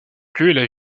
lieu